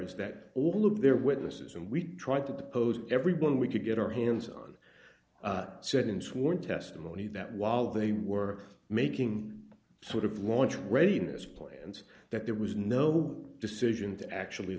is that all of their witnesses and we tried to pose everyone we could get our hands on said in sworn testimony that while they were making sort of want to readiness plans that there was no decision to actually